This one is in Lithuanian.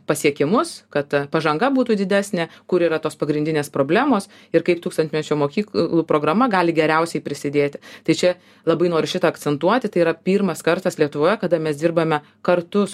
pasiekimus kad pažanga būtų didesnė kur yra tos pagrindinės problemos ir kaip tūkstantmečio mokyklų programa gali geriausiai prisidėti tai čia labai noriu šitą akcentuoti tai yra pirmas kartas lietuvoje kada mes dirbame kartus